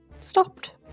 stopped